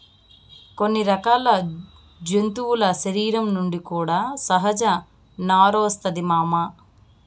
కొన్ని రకాల జంతువుల శరీరం నుంచి కూడా సహజ నారొస్తాది మామ